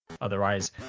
otherwise